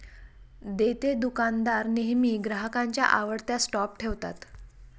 देतेदुकानदार नेहमी ग्राहकांच्या आवडत्या स्टॉप ठेवतात